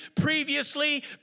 previously